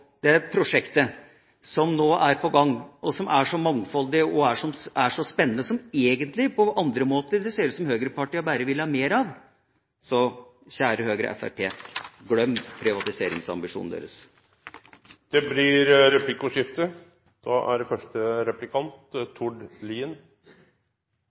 om det prosjektet som nå er på gang, og som er så mangfoldig og så spennende, og som det egentlig på andre måter ser ut som høyrepartiene bare vil ha mer av. Så kjære Høyre og Fremskrittspartiet: Glem privatiseringsambisjonene deres! Det blir replikkordskifte. Representanten Hagen er jo inne på det